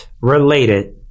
related